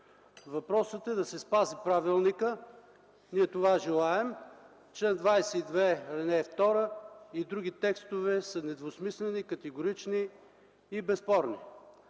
Въпросът е да се спази правилникът. Ние това желаем. Член 22, ал. 2 и други текстове са недвусмислени, категорични и безспорни.